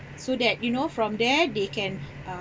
so that you know from there they can